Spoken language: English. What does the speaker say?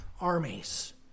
armies